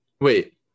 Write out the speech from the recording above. Wait